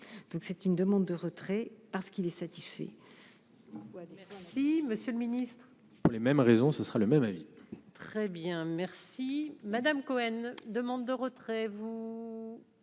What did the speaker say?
donc c'est une demande de retrait parce qu'il est satisfait.